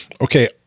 okay